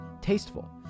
Tasteful